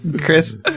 Chris